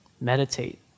Meditate